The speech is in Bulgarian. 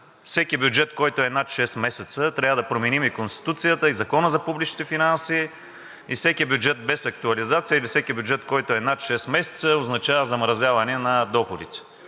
всеки бюджет, който е над шест месеца – трябва да променим и Конституцията, и Закона за публичните финанси, и всеки бюджет без актуализация, или всеки бюджет, който е над шест месеца, означава замразяване на доходите.